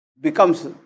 Becomes